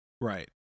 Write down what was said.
Right